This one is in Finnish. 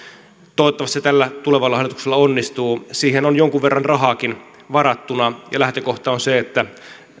toivottavasti se tällä tulevalla hallituksella onnistuu siihen on jonkun verran rahaakin varattuna ja lähtökohta on se että